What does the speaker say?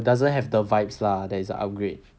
it doesn't have the vibes lah that is upgraded